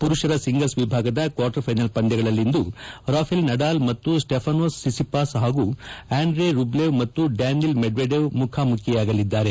ಪುರುಷರ ಸಿಂಗಲ್ಲ್ ವಿಭಾಗದ quarter final ಪಂದ್ಯಗಳಲ್ಲಿಂದು ರಾಫೆಲ್ ನಡಾಲ್ ಮತ್ತು ಸೈಫಾನೋಸ್ ಸಿಸಿಪಾಸ್ ಹಾಗೂ ಆಂಡೆ ರುಬ್ಲೆವ್ ಮತ್ತು ಡ್ಯಾನಿಲ್ ಮೆಡ್ಸೆಡೆವ್ ಮುಖಾಮುಖಿಯಾಗಲಿದ್ದಾರೆ